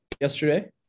yesterday